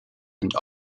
and